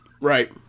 Right